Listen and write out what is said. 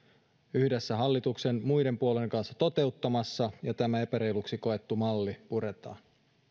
yhdessä hallituksen muiden puolueiden kanssa toteuttamassa ja tämä epäreiluksi koettu malli puretaan